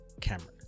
Cameron